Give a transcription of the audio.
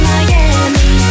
Miami